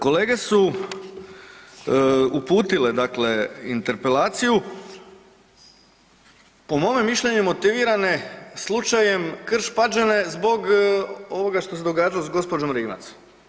Kolege su uputile, dakle interpelaciju, po mome mišljenju, motivirane slučajem Krš-Pađene zbog ovoga što se događalo s gđom. Rimac.